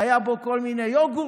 היו בו כל מיני יוגורטים?